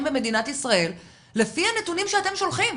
במדינת ישראל לפי הנתונים שאתם שולחים.